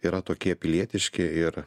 yra tokie pilietiški ir